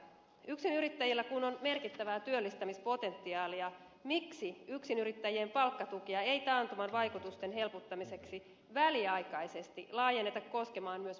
yksinyrittäjillä kun on merkittävää työllistämispotentiaalia miksi yksinyrittäjien palkkatukea ei taantuman vaikutusten helpottamiseksi väliaikaisesti laajenneta koskemaan myös määräaikaista työsuhdetta